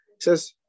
says